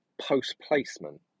post-placement